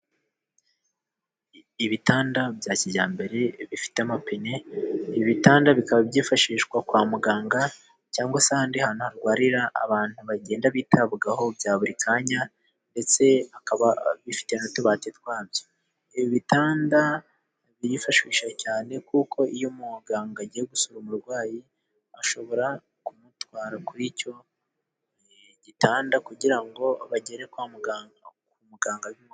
Ibitanda bya kijyambere bifite amapine. Ibitanda bikaba byifashishwa kwa muganga cyangwa se ahandi hantu harwarira abantu bagenda bitabwagaho bya buri kanya, ndetse bikaba bifite n'utubati twabyo. Ibitanda byifashishije cyane kuko iyo umuganga agiye gusura umurwayi ashobora kumutwara kuri icyo gitanda kugira ngo bagere kwa muganga k'umuganga ...